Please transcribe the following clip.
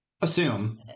assume